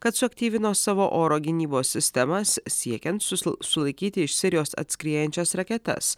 kad suaktyvino savo oro gynybos sistemas siekiant su sulaikyti iš sirijos atskriejančias raketas